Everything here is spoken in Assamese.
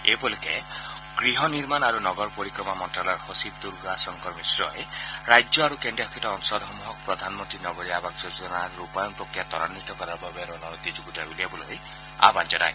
এই উপলক্ষে গৃহ নিৰ্মণ আৰু নগৰ পৰিক্ৰমা মন্ত্যালয়ৰ সচিব দুৰ্গা শংকৰ মিশ্ৰই ৰাজ্য আৰু কেন্দ্ৰীয় শাসিত অঞ্চলসমূহক প্ৰধানমন্ত্ৰী নগৰীয়া আবাস যোজনাৰ ৰূপায়ণ প্ৰক্ৰিয়া ত্বৰাঘিত কৰাৰ বাবে ৰণনীতি যুগুতাই উলিয়াবলৈ আহবান জনায়